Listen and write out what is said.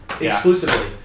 Exclusively